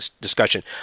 discussion